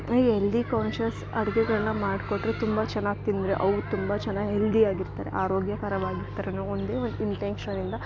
healthy conscious ಅಡಿಗೆಗಳ್ನ ಮಾಡಿಕೊಟ್ರೆ ತುಂಬ ಚೆನ್ನಾಗ್ ತಿಂದರೆ ಅವ್ರು ತುಂಬ ಚೆನ್ನಾಗ್ ಹೆಲ್ದಿಯಾಗಿರ್ತರೆ ಆರೋಗ್ಯಕರವಾಗಿರ್ತರೆ ಅನ್ನೋ ಒಂದೇ ಒಂದು ಇಂಟೆಂಕ್ಷನ್ ಇಂದ